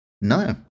No